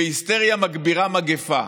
והיסטריה מגבירה מגפה